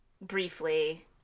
briefly